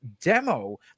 demo